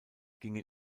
gingen